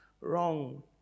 wrong